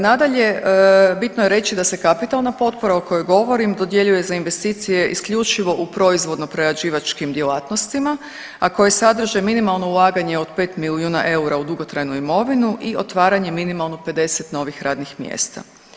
Nadalje, bitno je reći da se kapitalna potpora o kojoj govorim dodjeljuje za investicije isključivo u proizvodno-prerađivačkim djelatnostima, a koje sadrže minimalno ulaganje od pet milijuna eura u dugotrajnu imovinu i otvaranje minimalno 50 novih radnih mjesta.